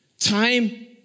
Time